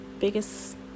Biggest